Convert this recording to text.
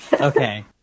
Okay